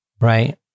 right